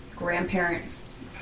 grandparents